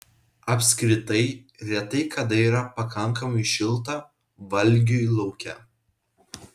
apskritai retai kada yra pakankamai šilta valgiui lauke